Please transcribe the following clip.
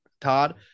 Todd